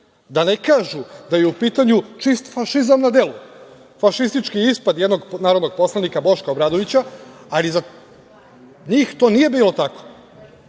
da ne kažu da je u pitanju čist fašizam na delu, fašistički ispad narodnog poslanika Boška Obradovića. Za njih to nije bilo tako.